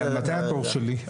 מתי התור שלי?